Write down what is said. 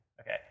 Okay